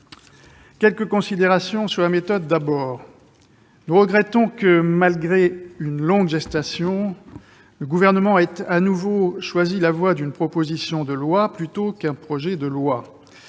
Quelques considérations sur la méthode, d'abord. Nous regrettons que, malgré une longue gestation, le Gouvernement ait, de nouveau, choisi une proposition de loi plutôt qu'un projet de loi.